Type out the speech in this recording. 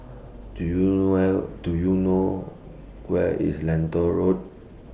Do YOU Where Do YOU know Where IS Lentor Road